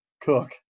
cook